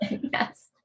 yes